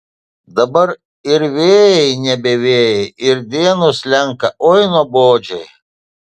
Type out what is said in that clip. dabar ir vėjai nebe vėjai ir dienos slenka oi nuobodžiai